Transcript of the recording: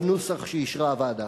בנוסח שאישרה הוועדה.